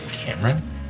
Cameron